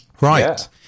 Right